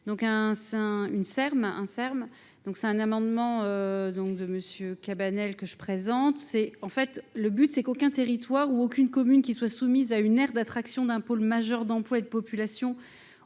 donc c'est un amendement de M. Cabanel que je présente c'est en fait le but, c'est qu'aucun territoire ou aucune commune ne soit soumise à une aire d'un pôle majeur d'emploi et de population